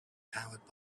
powered